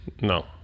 No